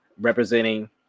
representing